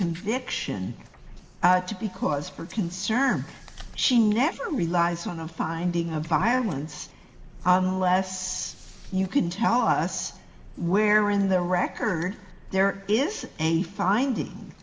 conviction to be cause for concern she never relies on the finding of violence last you can tell us where in the record there is a finding